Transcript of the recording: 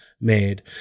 made